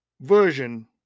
version